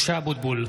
משה אבוטבול,